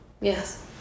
Yes